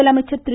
முதலமைச்சர் திரு